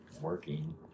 working